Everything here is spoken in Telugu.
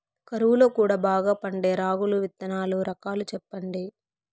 కరువు లో కూడా బాగా పండే రాగులు విత్తనాలు రకాలు చెప్పండి?